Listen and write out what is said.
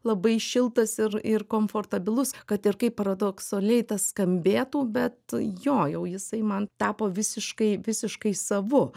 labai šiltas ir ir komfortabilus kad ir kaip paradoksaliai tas skambėtų bet jo jau jisai man tapo visiškai visiškai savu